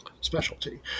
specialty